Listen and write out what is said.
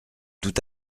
tout